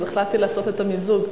אז החלטתי לעשות את המיזוג.